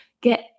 get